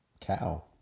cow